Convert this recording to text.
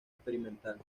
experimental